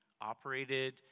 operated